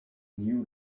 new